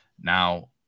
Now